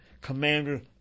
commander